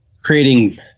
Creating